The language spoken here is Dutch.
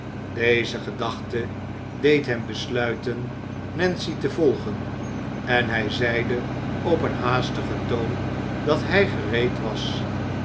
deze gedachte deed hem besluiten nancy te volgen en hij zeide op een haastigen toon dat hij gereed was